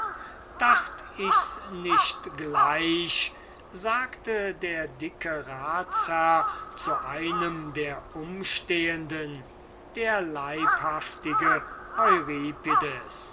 dacht ich's nicht gleich sagte der dicke ratsherr zu einem der umstehenden der leibhaftige